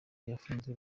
yafunze